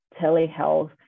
telehealth